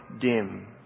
dim